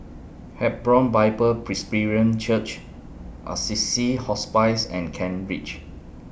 Hebron Bible Presbyterian Church Assisi Hospice and Kent Ridge